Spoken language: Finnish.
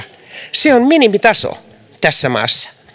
se on minimitaso tässä maassa